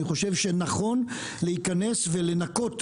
אני חושב שנכון להיכנס ולנקות.